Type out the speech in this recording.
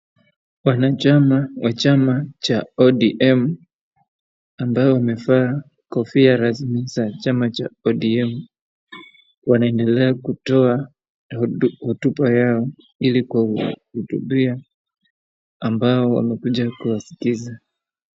Wanachama wa chama cha ODM ambao wamevaa kofia ya chama cha ODM wanaendelea kutoa hotuba yao ili kuhutubia amabao wamekuja kuwaskiza.